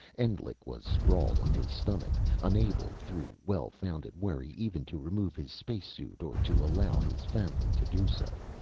endlich was sprawled on his stomach, unable, through well-founded worry, even to remove his space suit or to allow his family to do so,